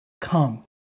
Come